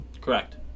Correct